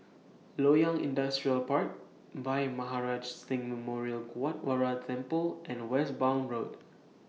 Loyang Industrial Park Bhai Maharaj Singh Memorial Gurdwara Temple and Westbourne Road